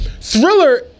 Thriller